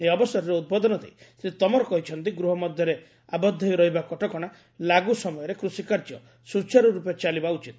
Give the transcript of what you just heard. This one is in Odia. ଏହି ଅବସରରେ ଉଦ୍ବୋଧନ ଦେଇ ଶ୍ରୀ ତୋମର କହିଛନ୍ତି ଗୃହ ମଧ୍ୟରେ ଆବଦ୍ଧ ହୋଇ ରହିବା କଟକଣା ଲାଗୁ ସମୟରେ କୃଷି କାର୍ଯ୍ୟ ସ୍ୱଚାର୍ରର୍ପେ ଚାଲିବା ଉଚିତ